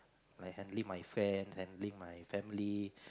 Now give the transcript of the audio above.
I handling my friends I handling my family